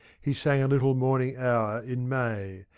he sang a little morning-hour in may,